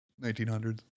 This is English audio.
1900s